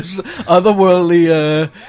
otherworldly